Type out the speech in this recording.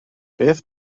beth